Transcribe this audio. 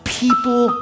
people